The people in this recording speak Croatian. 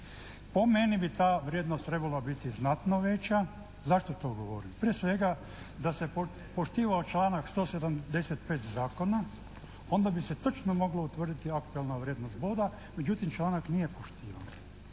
Po meni bi ta vrijednost trebala biti znatno veća. Zašto to govorim? Prije svega, da se poštivao članak 175. zakona onda bi se točno mogla utvrditi aktualna vrijednost boda, međutim članak nije poštivan.